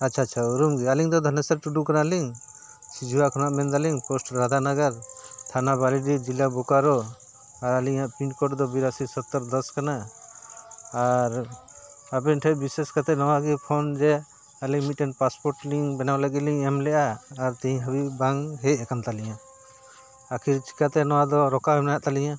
ᱟᱪᱷᱟ ᱟᱪᱷᱟ ᱩᱨᱩᱢ ᱜᱮ ᱟᱹᱞᱤᱧ ᱫᱚ ᱫᱷᱟᱱᱮᱥᱚᱨ ᱴᱩᱰᱩ ᱠᱟᱱᱟᱞᱤᱧ ᱥᱤᱡᱩᱲᱟ ᱠᱷᱚᱱᱟᱜ ᱢᱮᱱ ᱫᱟᱞᱤᱧ ᱯᱳᱥᱴ ᱨᱟᱫᱷᱟᱜᱟᱨ ᱛᱷᱟᱱᱟ ᱵᱟᱨᱤᱰᱤ ᱡᱮᱞᱟ ᱵᱚᱠᱟᱨᱳ ᱟᱨ ᱟᱹᱞᱤᱧᱟᱜ ᱯᱤᱱ ᱠᱳᱰ ᱫᱚ ᱵᱤᱨᱟᱥᱤ ᱥᱚᱛᱚᱨ ᱫᱚᱥ ᱠᱟᱱᱟ ᱟᱨ ᱟᱵᱮᱱ ᱴᱷᱮᱱ ᱵᱤᱥᱮᱥ ᱠᱟᱛᱮ ᱱᱚᱣᱟ ᱜᱮ ᱯᱷᱳᱱ ᱡᱮ ᱟᱹᱞᱤᱧ ᱢᱤᱫᱴᱮᱱ ᱯᱟᱥᱯᱳᱨᱴ ᱞᱤᱝ ᱵᱮᱱᱟᱣ ᱞᱟᱹᱜᱤᱫ ᱞᱤᱧ ᱮᱢ ᱞᱮᱜᱼᱟ ᱟᱨ ᱛᱮᱦᱮᱧ ᱦᱟᱹᱵᱤᱡ ᱵᱟᱝ ᱦᱮᱡ ᱟᱠᱟᱱ ᱛᱟᱹᱞᱤᱧᱟᱹ ᱟᱠᱷᱤᱨ ᱪᱤᱠᱟᱛᱮ ᱱᱚᱣᱟ ᱫᱚ ᱨᱚᱠᱟᱣ ᱢᱮᱱᱟᱜ ᱛᱟᱹᱞᱤᱧᱟᱹ